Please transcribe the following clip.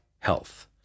health